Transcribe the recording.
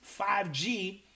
5G